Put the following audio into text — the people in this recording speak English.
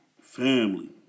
family